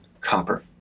copper